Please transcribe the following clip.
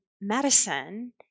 medicine